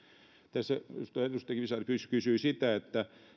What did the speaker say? tässä edustaja edustaja kivisaari kysyi kysyi sitä että